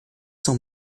são